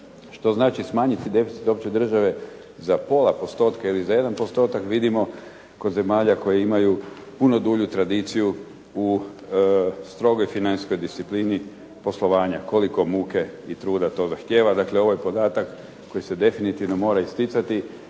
Što znači smanjiti deficit uopće države za pola postotka ili za jedan postotak vidimo kod zemalja koje imaju puno dulju tradiciju u strogoj financijskoj disciplini poslovanja? Koliko muke i truda to zahtjeva, dakle ovo je podatak koji se definitivno mora isticati